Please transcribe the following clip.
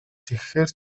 тэгэхээр